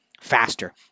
faster